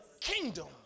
kingdom